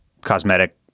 cosmetic